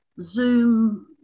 Zoom